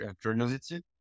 curiosity